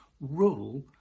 rule